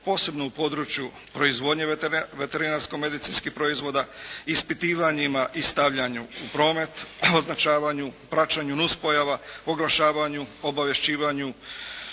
posebno u području proizvodnje veterinarsko-medicinskih proizvoda, ispitivanjima i stavljanju u promet, označavanju, praćenju nuspojava, oglašavanju, obavješćivanju,